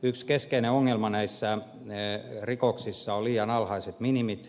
yksi keskeinen ongelma näissä rikoksissa on liian alhaiset minimit